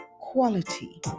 quality